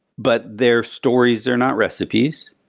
but they're stories, they're not recipes.